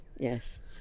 Yes